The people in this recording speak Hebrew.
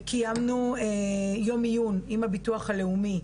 קיימנו יום עיון עם הביטוח הלאומי,